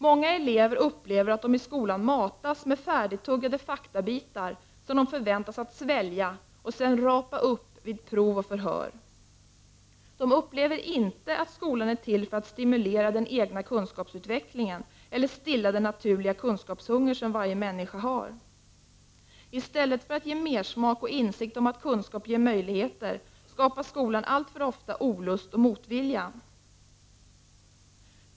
Många elever upplever att de i skolan matas med färdigtuggade faktabitar som de förväntas svälja och rapa upp vid prov och förhör. De upplever inte att skolan är till för att stimulera den egna kunskapsutvecklingen eller stilla den naturliga kunskapshunger varje människa har. I stället för att ge mersmak och insikt om att kunskap ger möjligheter, skapar skolan alltför ofta olust och motvilja.